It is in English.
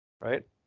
right